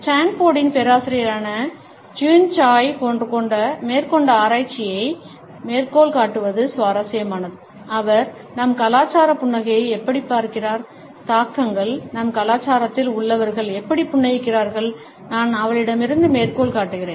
ஸ்டான்போர்டின் பேராசிரியரான Jeanne Tsai மேற்கொண்ட ஆராய்ச்சியை மேற்கோள் காட்டுவது சுவாரஸ்யமானது அவர் நம் கலாச்சாரம் புன்னகையை எப்படிப் பார்க்கிறார் தாக்கங்கள் நம் கலாச்சாரத்தில் உள்ளவர்கள் எப்படி புன்னகைக்கிறார்கள் நான் அவளிடமிருந்து மேற்கோள் காட்டுகிறேன்